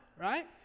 right